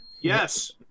Yes